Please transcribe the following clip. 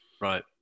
Right